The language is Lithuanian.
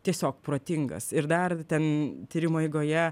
tiesiog protingas ir dar ten tyrimo eigoje